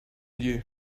you